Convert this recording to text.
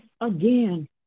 again